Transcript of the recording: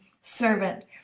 servant